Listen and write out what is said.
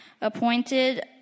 appointed